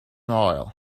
oil